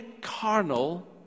carnal